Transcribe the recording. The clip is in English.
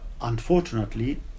unfortunately